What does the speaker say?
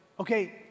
Okay